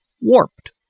warped